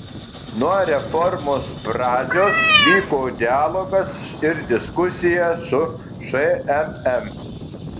nuo reformos pradžios vyko dialogas ir diskusija su šmm